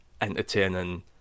entertaining